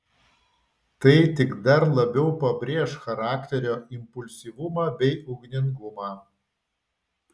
tai tik dar labiau pabrėš charakterio impulsyvumą bei ugningumą